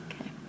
okay